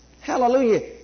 Hallelujah